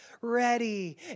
ready